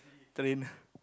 trainer